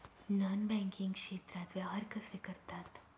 Non banking क्षेत्रात व्यवहार कसे करतात?